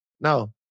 no